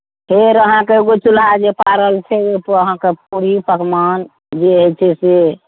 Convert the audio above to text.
फेर अहाँके एगो चुल्हा जे पारल छै ओहिपर अहाँके पूड़ी पकवान जे होइत छै से